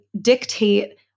dictate